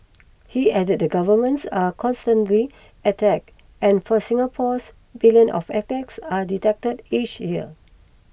he added that governments are constantly attacked and for Singapore's billions of attacks are detected each year